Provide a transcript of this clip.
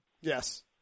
Yes